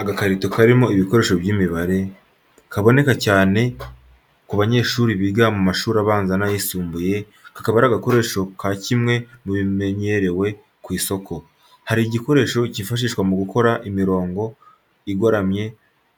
Agakarito karimo ibikoresho by’imibare, kaboneka cyane ku banyeshuri biga mu mashuri abanza n’ayisumbuye, kakaba ari agakoresho ka kimwe mu bimenyerewe ku isoko. Hari igikoresho cyifashishwa mu gukora imirongo igoramye